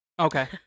Okay